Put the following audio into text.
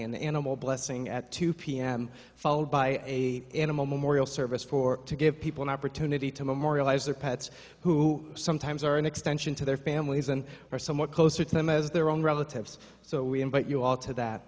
an animal blessing at two p m followed by a animal memorial service for to give people an opportunity to memorialize their pets who sometimes are an extension to their families and are somewhat closer to them as their own relatives so we invite you all to that